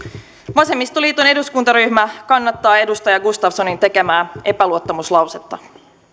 vasemmistoliiton eduskuntaryhmä kannattaa edustaja gustafssonin tekemää epäluottamuslausetta